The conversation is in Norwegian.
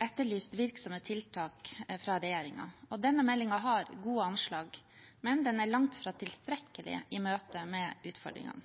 etterlyst virksomme tiltak fra regjeringen. Denne meldingen har gode anslag, men den er langt fra tilstrekkelig i møte med utfordringene.